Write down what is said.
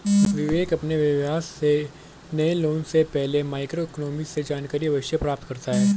विवेक अपने व्यवसाय के नए लॉन्च से पहले माइक्रो इकोनॉमिक्स से जानकारी अवश्य प्राप्त करता है